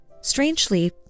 Strangely